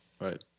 Right